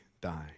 die